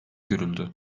görüldü